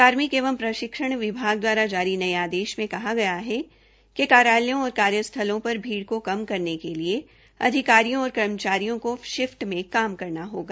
कार्मिक एवं प्रशिक्षण विभाग द्वारा जारी ने आदेश मे कहा गया है कि कार्यालयों और कार्यस्थलों पर भीड़ी को कम करने के लिए अधिकारियों और कर्मचारियों को शिफ्टों में काम करना चाहिए